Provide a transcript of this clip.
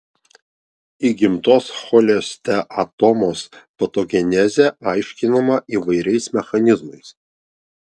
įgimtos cholesteatomos patogenezė aiškinama įvairiais mechanizmais